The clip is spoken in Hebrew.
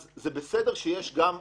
זה בסדר שיש גם עדיפות,